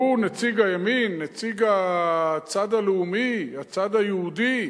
שהוא נציג הימין, נציג הצד הלאומי, הצד היהודי.